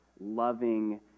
loving